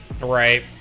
Right